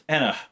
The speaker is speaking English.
Anna